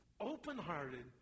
open-hearted